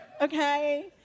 okay